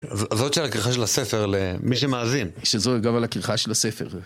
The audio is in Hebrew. זאת של הכריכה של הספר, למי שמאזין. שזו אגב על הכריכה של הספר.